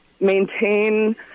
maintain